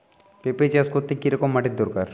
পেঁপে চাষ করতে কি রকম মাটির দরকার?